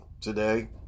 today